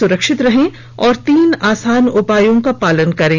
सुरक्षित रहें और तीन आसान उपायों का पालन करें